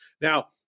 Now